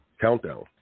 Countdown